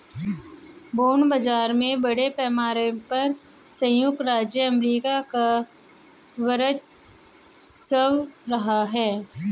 bond बाजार में बड़े पैमाने पर सयुक्त राज्य अमेरिका का वर्चस्व रहा है